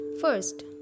First